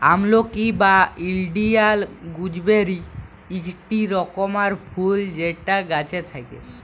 আমলকি বা Indian gooseberry ইকটি রকমকার ফুল যেটা গাছে থাক্যে